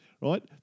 Right